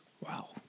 Wow